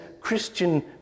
Christian